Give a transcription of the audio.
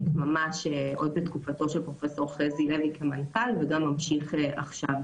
עוד בתקופתו של פרופ' חזי לוי כמנכ"ל וממשיך גם עכשיו.